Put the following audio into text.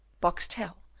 boxtel,